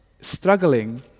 struggling